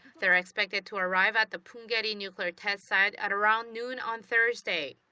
they're expected to arrive at the punggye-ri nuclear test site at around noon on thursday.